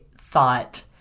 thought